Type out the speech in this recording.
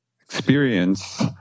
experience